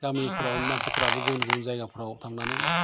गामिफ्राव मानसिफ्राबो गुबुन गुबुन जायगाफ्राव थांनानै